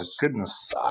goodness